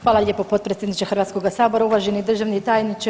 Hvala lijepo potpredsjedniče Hrvatskoga sabora, uvaženi državni tajniče.